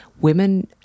women